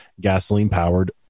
gasoline-powered